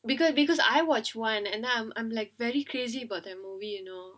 because because I watch one and then I'm I'm like very crazy about their movie you know